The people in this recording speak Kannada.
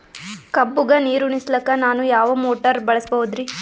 ಕಬ್ಬುಗ ನೀರುಣಿಸಲಕ ನಾನು ಯಾವ ಮೋಟಾರ್ ಬಳಸಬಹುದರಿ?